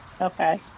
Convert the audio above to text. Okay